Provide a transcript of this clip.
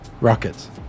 Rockets